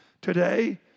Today